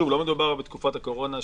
שוב לא מדובר בתקופת הקורונה,